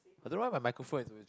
I don't know why my microphone is